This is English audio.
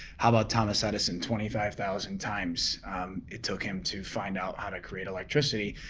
how about thomas edison, twenty five thousand times it took him to find out how to create electricity.